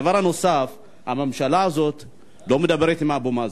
הדבר הנוסף, הממשלה הזאת לא מדברת עם אבו מאזן.